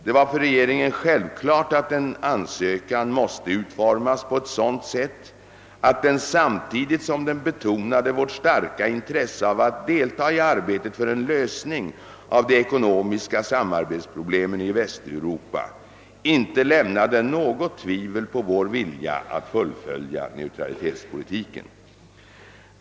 Det var för regeringen självklart att en ansökan måste utformas på ett sådant sätt, att den samtidigt som den betonade vårt starka intresse av att delta i arbetet för en lösning av de ekonomiska samarbetsproblemen i Väst europa inte lämnade något tvivel på vår vilja att fullfölja neutralitetspolitiken.